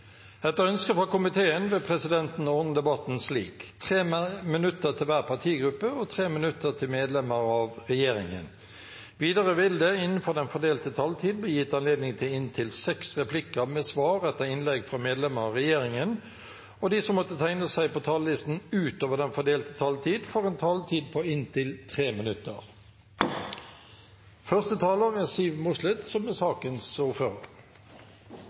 Etter ønske fra arbeids- og sosialkomiteen vil presidenten ordne debatten slik: 5 minutter til hver partigruppe og 5 minutter til medlemmer av regjeringen. Videre vil det – innenfor den fordelte taletid – bli gitt anledning til inntil seks replikker med svar etter innlegg fra medlemmer av regjeringen, og de som måtte tegne seg på talerlisten utover den fordelte taletid, får en taletid på inntil 3 minutter.